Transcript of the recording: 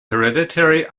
hereditary